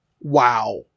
Wow